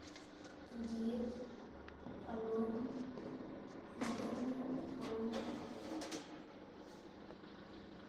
ngid, palom, mginn gana.